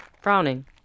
Frowning